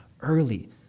early